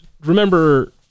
remember